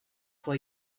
for